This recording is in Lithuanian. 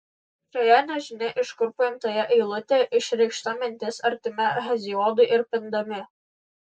šioje nežinia iš kur paimtoje eilutėje išreikšta mintis artima heziodui ir pindami